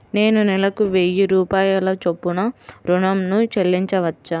నేను నెలకు వెయ్యి రూపాయల చొప్పున ఋణం ను చెల్లించవచ్చా?